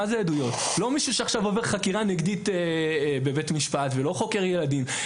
עדויות זה לא מישהו שעובר חקירה נגדית בבית משפט ולא חוקר ילדים,